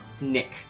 nick